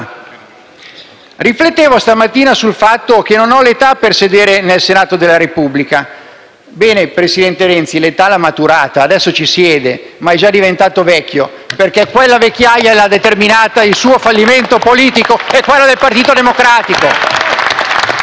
«Riflettevo stamattina sul fatto che io non ho l'età per sedere nel Senato della Repubblica». Bene, presidente Renzi, l'età l'ha maturata; adesso ci siede, ma è già diventato vecchio perché quella vecchiaia l'ha determinata il suo fallimento politico e quello del Partito Democratico. *(Applausi